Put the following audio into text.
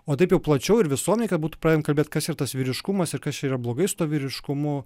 o taip jau plačiau ir visuomenei kad būtų pradedama kalbėt kas yra tas vyriškumas ir kas yra blogai su tuo vyriškumu